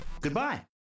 Goodbye